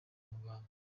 muganga